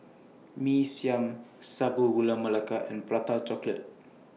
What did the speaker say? Mee Siam Sago Gula Melaka and Prata Chocolate